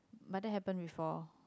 but that happened before